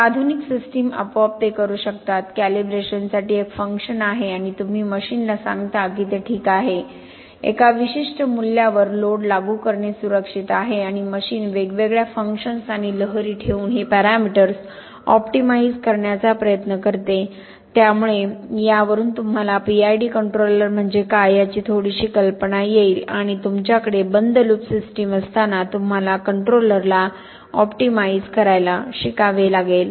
आता आधुनिक सिस्टम आपोआप ते करू शकतात कॅलिब्रेशनसाठी एक फंक्शन आहे आणि तुम्ही मशीनला सांगता की ते ठीक आहे एका विशिष्ट मूल्यावर लोड लागू करणे सुरक्षित आहे आणि मशीन वेगवेगळ्या फंक्शन्स आणि लहरी ठेवून हे पॅरामीटर्स ऑप्टिमाइझ करण्याचा प्रयत्न करते त्यामुळे यावरून तुम्हाला PID कंट्रोलर म्हणजे काय याची थोडीशी कल्पना येईल आणि तुमच्याकडे बंद लूप सिस्टीम असताना तुम्हाला कंट्रोलरला ऑप्टिमाइझ करायला शिकावे लागेल